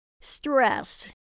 stress